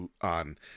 on